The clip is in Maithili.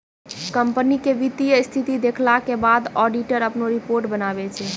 कंपनी के वित्तीय स्थिति देखला के बाद ऑडिटर अपनो रिपोर्ट बनाबै छै